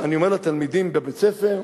אני אומר לתלמידים בבית-הספר,